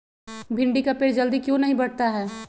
भिंडी का पेड़ जल्दी क्यों नहीं बढ़ता हैं?